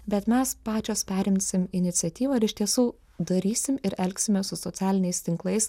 bet mes pačios perimsim iniciatyvą ir iš tiesų darysim ir elgsimės su socialiniais tinklais